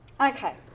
Okay